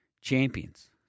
champions